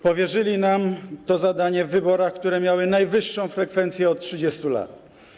Powierzyli nam to zadanie w wyborach, które miały najwyższą frekwencję od 30 lat.